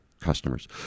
customers